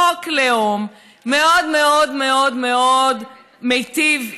חוק לאום מאוד מאוד מאוד מיטיב,